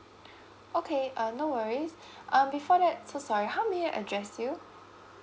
okay uh no worries um before that so sorry how may I address you